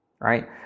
right